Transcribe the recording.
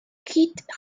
quitte